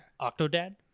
*Octodad*